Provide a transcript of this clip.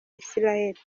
israeli